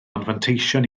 anfanteision